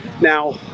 Now